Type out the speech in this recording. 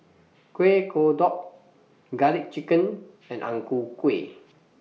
Kueh Kodok Garlic Chicken and Ang Ku Kueh